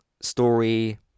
story